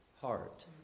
heart